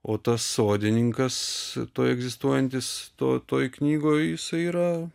o tas sodininkas egzistuojantis to toj knygoj jisai yra